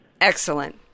Excellent